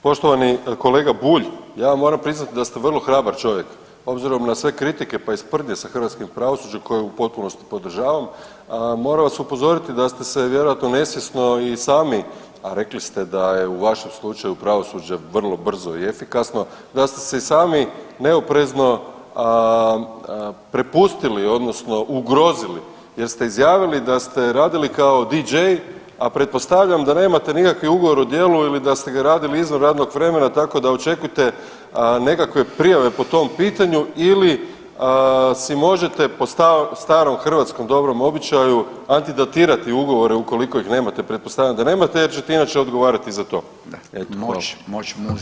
Poštovani kolega Bulj, ja vam moram priznati da ste vrlo hrabar čovjek obzirom na sve kritike, pa i sprdnje sa hrvatskim pravosuđem koje u potpunosti podržavam, moram vas upozoriti da ste se vjerojatno nesvjesno i sami, a rekli ste da je u vašem slučaju pravosuđe vrlo brzo i efikasno, da ste se i sami neoprezno prepustili odnosno ugrozili jer ste izjavili da ste radili kao DJ, a pretpostavljam da nemate nikakvi Ugovor o djelu ili da ste ga radili izvan radnog vremena, tako da očekujte nekakve prijave po tom pitanju ili si možete po starom hrvatskom dobrom običaju antidatirati ugovore ukoliko ih nemate, pretpostavljam da nemate jer ćete inače odgovarati za to.